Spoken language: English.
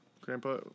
Grandpa